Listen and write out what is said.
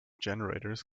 generators